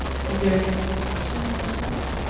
is there any other questions, comments?